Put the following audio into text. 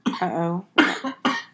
uh-oh